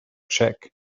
check